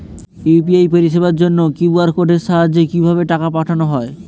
UPI পরিষেবার জন্য QR কোডের সাহায্যে কিভাবে টাকা পাঠানো হয়?